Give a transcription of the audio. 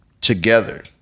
together